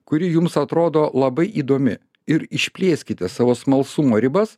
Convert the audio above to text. kuri jums atrodo labai įdomi ir išplėskite savo smalsumo ribas